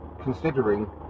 considering